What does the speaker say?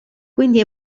quindi